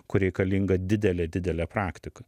kur reikalinga didelė didelė praktika